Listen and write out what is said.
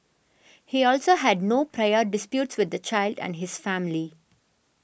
he also had no prior disputes with the child and his family